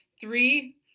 Three